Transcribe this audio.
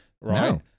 Right